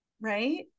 Right